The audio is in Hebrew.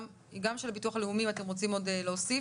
גם של הביטוח הלאומי אם אתם רוצים עוד להוסיף,